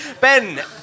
Ben